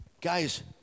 guys